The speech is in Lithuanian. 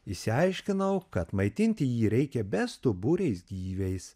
išsiaiškinau kad maitinti jį reikia bestuburiais gyviais